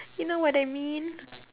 you know what I mean